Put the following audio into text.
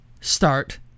start